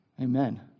Amen